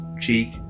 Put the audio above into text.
cheek